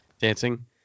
Dancing